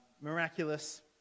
Miraculous